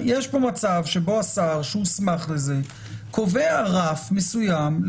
יש פה מצב שבו השר שהוסמך לזה קובע רף מסוים